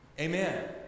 Amen